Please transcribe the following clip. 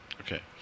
Okay